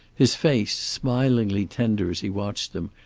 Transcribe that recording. his face, smilingly tender as he watched them,